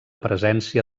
presència